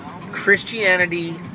Christianity